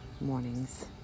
mornings